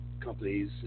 companies